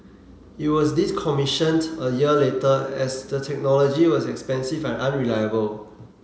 it was decommissioned a year later as the technology was expensive and unreliable